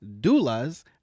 doulas